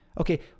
Okay